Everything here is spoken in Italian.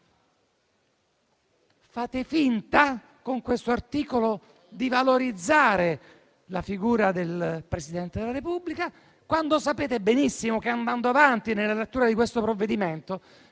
Fate finta con questo articolo di valorizzare la figura del Presidente della Repubblica, quando sapete benissimo che, andando avanti nella lettura del provvedimento,